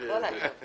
לכם